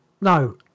no